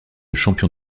champion